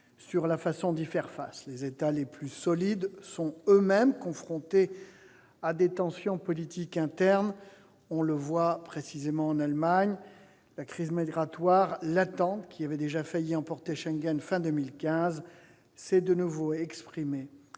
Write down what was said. sur la façon d'y faire face. Les États les plus solides sont eux-mêmes confrontés à des tensions politiques internes, on le voit en Allemagne. La crise migratoire, latente, qui avait déjà failli emporter Schengen à la fin de l'année